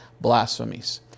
blasphemies